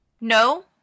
No